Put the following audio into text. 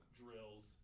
drills